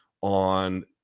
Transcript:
on